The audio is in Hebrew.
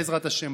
בעזרת השם,